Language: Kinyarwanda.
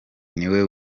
niwe